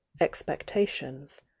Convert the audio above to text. expectations